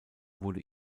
wurde